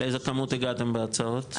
לאיזה כמות הגעתם בהצעות שזכו?